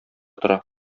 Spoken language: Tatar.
тора